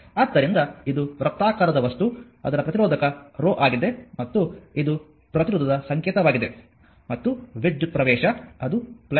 ಆದ್ದರಿಂದ ಇದು ವೃತ್ತಾಕಾರದ ವಸ್ತು ಅದರ ಪ್ರತಿರೋಧಕ ರೋ ಆಗಿದೆ ಮತ್ತು ಇದು ಪ್ರತಿರೋಧದ ಸಂಕೇತವಾಗಿದೆ ಮತ್ತು ವಿದ್ಯುತ್ ಪ್ರವೇಶ ಅದು ಸರಿ